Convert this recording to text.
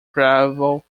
gravel